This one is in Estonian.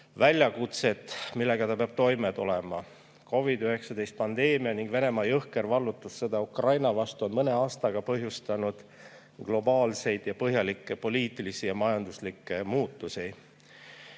väljakutsed, millega ta peab toime tulema. COVID-19 pandeemia ning Venemaa jõhker vallutussõda Ukraina vastu on mõne aastaga põhjustanud globaalseid ja põhjalikke poliitilisi ja majanduslikke muutusi. Eesti